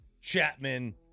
Chapman